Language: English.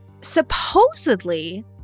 supposedly